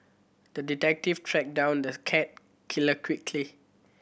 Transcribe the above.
the detective tracked down the cat killer quickly